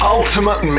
Ultimate